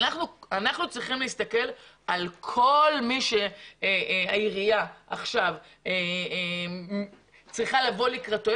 אנחנו צריכים להסתכל על כל מי שהעירייה עכשיו צריכה לבוא לקראתו.